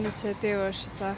iniciatyva šita